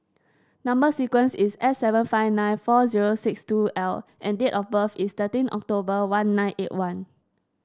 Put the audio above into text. number sequence is S seven five nine four zero six two L and date of birth is thirteen October one nine eight one